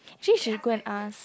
actually should go and ask